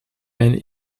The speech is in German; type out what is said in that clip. eine